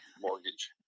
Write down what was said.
mortgage